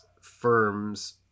firms